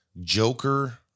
Joker